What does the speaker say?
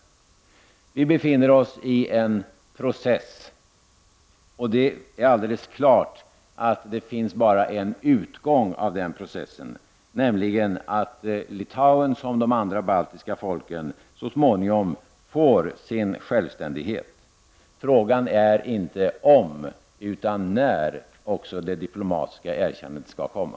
Vi befinner oss i en process, och det är alldeles klart att det finns bara en utgång av den processen, nämligen att Litauen och de andra baltiska staterna så småningom får sin självständighet. Frågan är inte om utan när också det diplomatiska erkännandet skall komma.